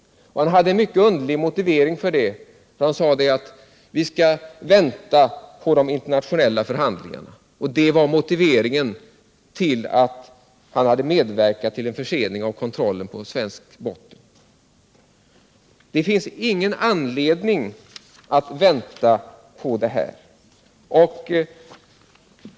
Han hade en mycket underlig motivering för det, nämligen att regeringen skulle vänta på de internationella förhandlingarna. Men det finns ingen som helst anledning att vänta.